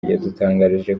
yadutangarije